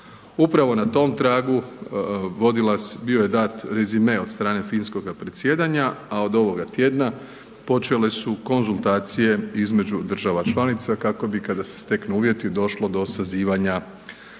Upravo na tom tragu bio je dat rezime od strane finskoga predsjedanja, a od ovoga tjedna počele su konzultacije između država članica kako bi kada se steknu uvjeti došlo do sazivanja